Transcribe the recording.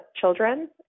children